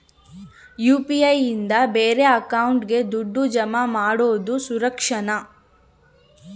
UPI ನಿಂದ ಬೇರೆ ಅಕೌಂಟಿಗೆ ದುಡ್ಡು ಜಮಾ ಮಾಡೋದು ಸುರಕ್ಷಾನಾ?